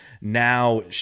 now